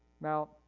Now